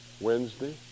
Wednesday